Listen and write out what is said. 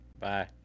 Bye